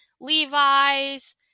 Levi's